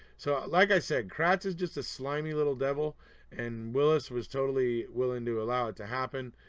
so like i said kratz is just a slimy little devil and willis was totally willing to allow it to happen,